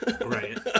Right